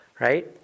Right